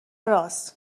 رآس